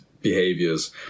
behaviors